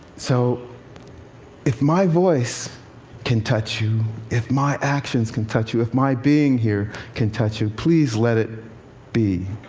so if my voice can touch you, if my actions can touch you, if my being here can touch you, please let it be.